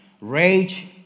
rage